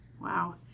Wow